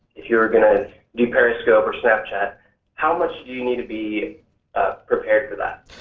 if you are going to do periscope or snapchat how much do you need to be ah prepared for that?